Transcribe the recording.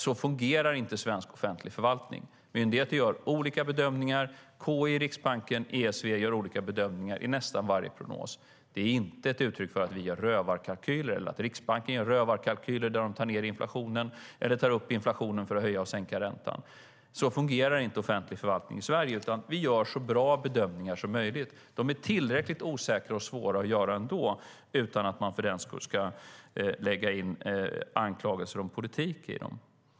Så fungerar inte svensk offentlig förvaltning. Myndigheter gör olika bedömningar. KI, Riksbanken och ESV gör olika bedömningar i nästan varje prognos. Det är inte ett uttryck för att vi gör rövarkalkyler eller att Riksbanken gör rövarkalkyler där de tar ned eller tar upp inflationen för att höja och sänka räntan. Så fungerar inte offentlig förvaltning i Sverige, utan vi gör så bra bedömningar som möjligt. De är tillräckligt osäkra och svåra att göra ändå, utan att man för den skull ska lägga in anklagelser om politik i dem.